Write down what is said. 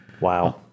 Wow